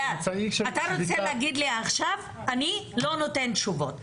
אתה רוצה להגיד לי, עכשיו אני לא נותן תשובות.